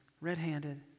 red-handed